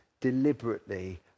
deliberately